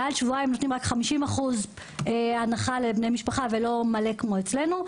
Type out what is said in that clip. מעל שבועיים נותנים רק 50% הנחה לבני משפחה ולא מלא כמו אצלנו.